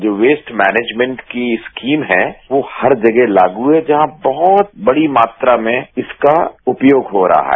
जो waste management की scheme है वो हर जगह लागू है जहां बहुत बड़ी मात्रा में उसका उपयोग हो रहा है